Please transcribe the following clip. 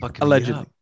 Allegedly